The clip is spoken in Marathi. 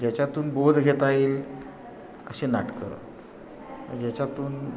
ज्याच्यातून बोध घेता येईल असे नाटकं ज्याच्यातून